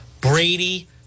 brady